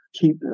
keep